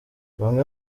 bamwe